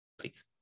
please